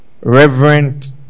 reverend